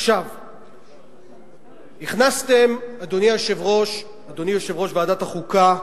עכשיו, הכנסתם, אדוני יושב-ראש ועדת החוקה,